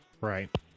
Right